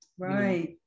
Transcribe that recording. Right